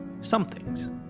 somethings